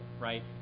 right